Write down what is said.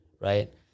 right